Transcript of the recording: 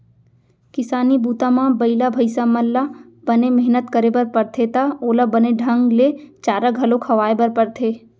किसानी बूता म बइला भईंसा मन ल बने मेहनत करे बर परथे त ओला बने ढंग ले चारा घलौ खवाए बर परथे